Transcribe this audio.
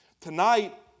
Tonight